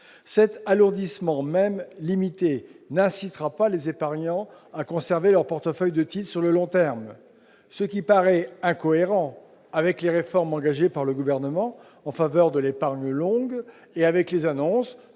Cet alourdissement, même limité, n'incitera pas les épargnants à conserver leur portefeuille de titres sur le long terme, ce qui paraît incohérent avec les réformes engagées par le Gouvernement en faveur de l'épargne longue et avec les annonces